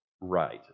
right